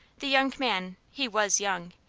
the young man he was young,